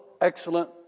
excellent